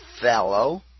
fellow